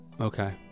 Okay